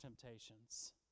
temptations